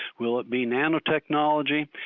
will it be nanotechnology?